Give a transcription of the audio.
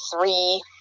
three